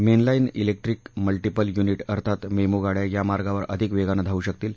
mainline electric multiple unit अर्थात MEMU गाड्या या मार्गावर अधिक वेगानं धावू शकतील